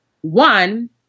one